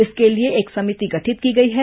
इसके लिए एक समिति गठित की गई है